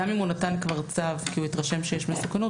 גם אם הוא נתן כבר צו כי הוא התרשם שיש מסוכנות,